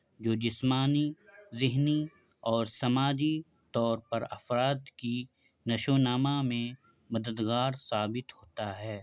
جو جسمانی ذہنی اور سماجی طور پر افراد کی نش و نمہ میں مددگار ثابت ہوتا ہے